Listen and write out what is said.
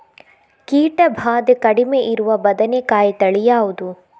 ಕೀಟ ಭಾದೆ ಕಡಿಮೆ ಇರುವ ಬದನೆಕಾಯಿ ತಳಿ ಯಾವುದು?